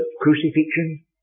crucifixion